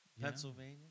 Pennsylvania